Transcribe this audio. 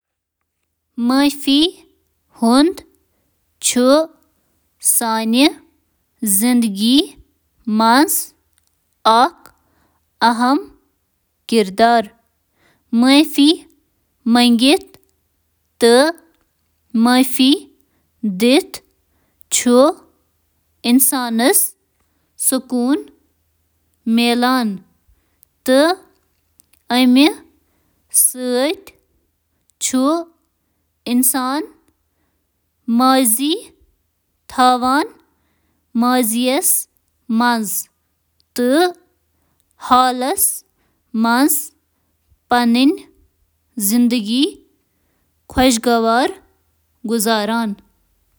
معٲفی چھِ منفی احساسات تہٕ ناراضگی تراونٕچ اکھ عمل یِمَن سۭتۍ سانہِ صحت، رشتہٕ تہٕ مجموعی فلاح و بہبود خٲطرٕ واریاہ فٲیدٕ ہیٚکن ٲسِتھ: